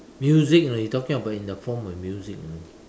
music lah you're talking in a form of music you know